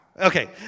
Okay